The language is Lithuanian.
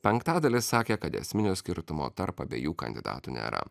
penktadalis sakė kad esminio skirtumo tarp abiejų kandidatų nėra